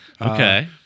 Okay